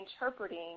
interpreting